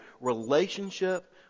relationship